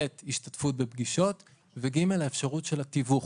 בי"ת השתתפות בפגישות וגימ"ל אפשרות תיווך.